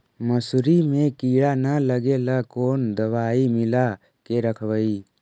मसुरी मे किड़ा न लगे ल कोन दवाई मिला के रखबई?